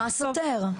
מה סותר?